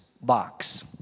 box